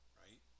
right